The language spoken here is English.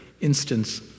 instance